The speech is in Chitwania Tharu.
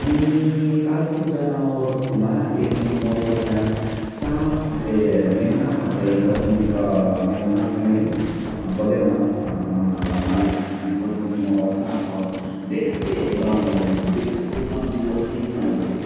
मुझ पाल्तु जनावरमा यदि मोरे लघिना साप हसे नेमहा हतइ जौ मुझ त नेमहाक नै कदेहु न पाले सकबही। कतउ कि मोर साप देखते डर लगलही देखते मोर जिउवा सिरिङग लगलही।